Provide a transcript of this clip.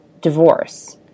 divorce